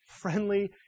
friendly